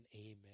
amen